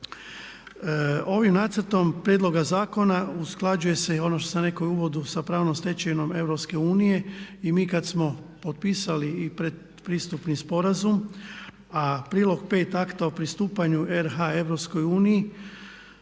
Ovim nacrtom prijedloga zakona usklađuje se i ono što sam rekao i u uvodu sa pravnom stečevinom EU. I mi kad smo potpisali i predpristupni sporazum a prilog 5.akta o pristupanju RH